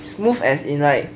smooth as in like